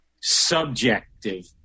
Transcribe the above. subjective